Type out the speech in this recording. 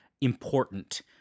important